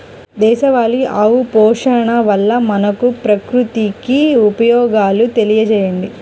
దేశవాళీ ఆవు పోషణ వల్ల మనకు, ప్రకృతికి ఉపయోగాలు తెలియచేయండి?